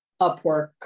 upwork